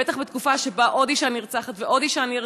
בטח בתקופה שבה עוד אישה נרצחת ועוד אישה נרצחת,